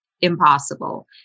impossible